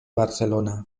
barcelona